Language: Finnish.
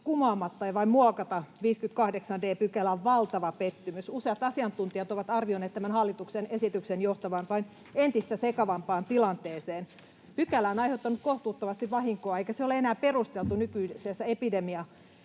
kumoamatta ja vain muokata 58 d §:ää on valtava pettymys. Useat asiantuntijat ovat arvioineet tämän hallituksen esityksen johtavan vain entistä sekavampaan tilanteeseen. Pykälä on aiheuttanut kohtuuttomasti vahinkoa, eikä se ole enää perusteltu nykyisessä